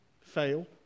fail